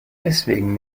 deswegen